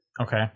okay